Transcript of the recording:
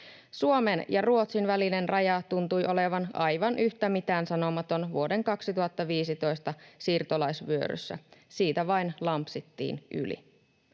Suomen ja Ruotsin välinen raja tuntui olevan aivan yhtä mitäänsanomaton vuoden 2015 siirtolaisvyöryssä. Siitä vain lampsittiin yli.